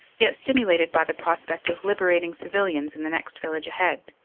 yet stimulated by the prospect of liberating civilians in the next village ahead,